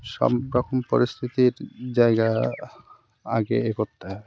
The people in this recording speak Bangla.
সব রকম পরিস্থিতির জায়গা আগে এ করতে হবে